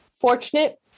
fortunate